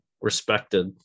respected